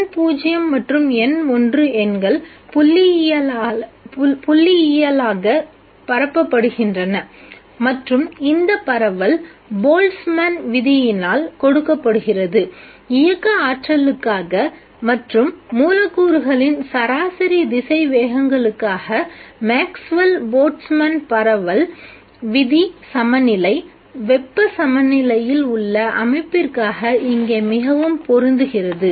N0 மற்றும் N1 எண்கள் புள்ளியியலாக பரப்பப்படுகின்றன மற்றும் இந்த பரவல் போல்ட்ஸ்மேன் விதியினால் கொடுக்கப்படுகிறது இயக்க ஆற்றலுக்காக மற்றும் மூலக்கூறுகளின் சராசரி திசைவேகங்களுக்காக மேக்ஸ்வெல் போல்ட்ஸ்மேன் பரவல் விதி சமநிலை வெப்ப சமநிலையில் உள்ள அமைப்பிற்க்காக இங்கே மிகவும் பொருந்துகிறது